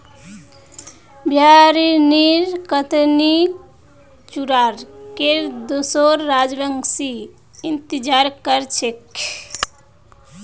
बिहारेर कतरनी चूड़ार केर दुसोर राज्यवासी इंतजार कर छेक